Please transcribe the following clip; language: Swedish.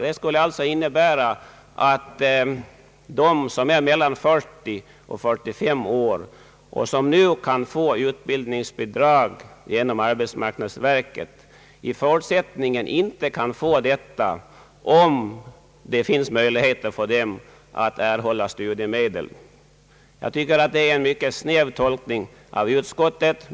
Det skulle alltså innebära att de som är mellan 40 och 45 år och som nu kan få utbildningsbidrag genom arbetsmarknadsverket i fortsättningen inte kan få sådant bidrag, om det finns möjligheter för dem att erhålla studiemedel. Jag tycker att detta är en snäv tolkning av utskottet.